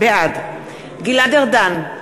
בעד גלעד ארדן,